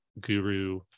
guru